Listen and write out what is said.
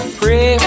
pray